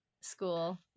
school